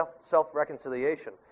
self-reconciliation